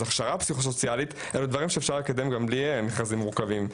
אז הכשרה פסיכוסוציאלית היא דבר שאפשר לקדם גם בלי מכרזים מורכבים.